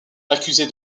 accusé